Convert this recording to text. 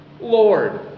Lord